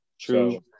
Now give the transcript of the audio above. True